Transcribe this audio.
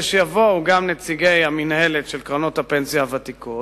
שיבואו גם נציגי המינהלת של קרנות הפנסיה הוותיקות,